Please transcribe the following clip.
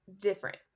different